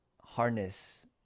harness